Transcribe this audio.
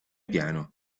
piano